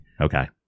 Okay